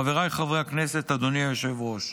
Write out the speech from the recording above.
חבריי חברי הכנסת, אדוני היושב-ראש,